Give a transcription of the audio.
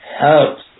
helps